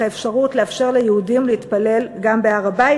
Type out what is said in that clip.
האפשרות לאפשר ליהודים להתפלל גם בהר-הבית,